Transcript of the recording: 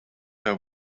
her